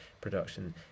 production